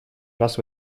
раз